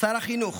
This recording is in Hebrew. שר החינוך,